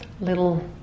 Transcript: little